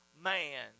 man